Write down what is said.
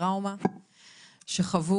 טראומה שחוו